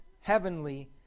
heavenly